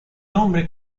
nombre